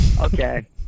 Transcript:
Okay